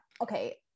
Okay